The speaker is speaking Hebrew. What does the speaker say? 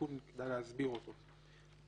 התיקון של פרט (5).